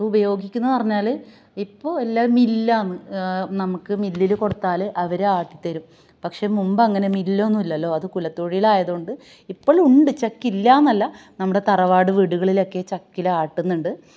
ചക്കയുപയോഗിക്കുന്നന്നു പറഞ്ഞാൽ ഇപ്പോൾ എല്ലാവരും മില്ലാന്ന് നമുക്ക് മില്ലിൽ കൊടുത്താൽ അവരാട്ടിത്തരും പക്ഷേ മുമ്പങ്ങനെ മില്ലൊന്നും ഇല്ലല്ലോ അത് കുലത്തൊഴിലായതോണ്ട് ഇപ്പോളുമുണ്ട് ചക്കില്ലാന്നല്ല നമ്മുടെ തറവാട് വീടുകളിലൊക്കെ ചക്കിലാട്ടുന്നുണ്ട്